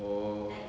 oh